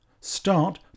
Start